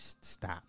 stop